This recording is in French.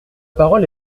parole